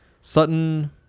Sutton